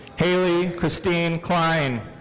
hailey christine klein.